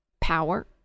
power